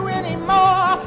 anymore